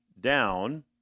down